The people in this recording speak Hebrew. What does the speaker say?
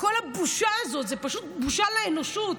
כל הבושה הזאת זו פשוט בושה לאנושות,